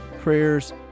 prayers